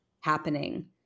happening